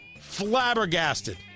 flabbergasted